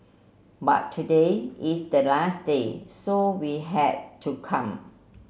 but today is the last day so we had to come